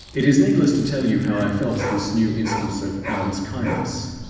it is needless to tell you how i felt this new instance of allan's kindness.